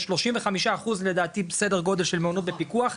יש 35 אחוז לדעתי סדר גודל של מעונות בפיקוח,